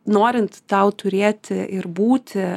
norint tau turėti ir būti